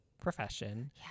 profession